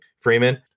Freeman